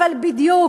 אבל בדיוק,